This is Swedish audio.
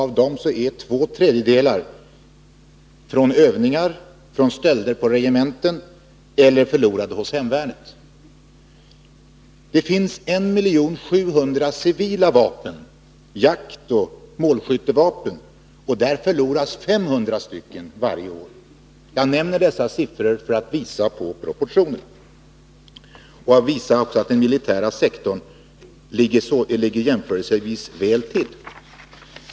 Av dem förloras två tredjedelar i samband med övningar, genom stölder på regementen — eller förloras hos hemvärnet. Det finns 1700 000 civila vapen, jaktoch målskyttevapen, och därav förloras 500 varje år. Jag nämner dessa siffror för att visa på proportionerna och för att visa att den militära sektorn ligger jämförelsevis väl till.